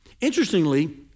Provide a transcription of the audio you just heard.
Interestingly